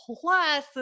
plus